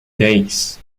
days